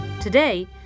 Today